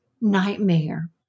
nightmare